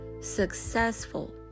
successful